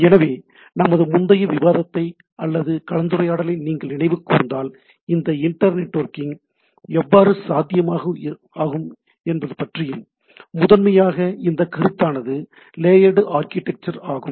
எனவே நமது முந்தைய விவாதத்தை அல்லது கலந்துரையாடலை நீங்கள் நினைவு கூர்ந்தால் இந்த இன்டெர் நெட்வொர்கிங் எவ்வாறு சாத்தியமாகும் என்பது பற்றியும் முதன்மையாக இந்தக் கருத்தானது லேயர்டு ஆர்கிடெக்சர் ஆகும்